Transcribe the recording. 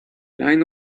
line